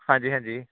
ਹਾਂਜੀ ਹਾਂਜੀ